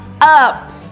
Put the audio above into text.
up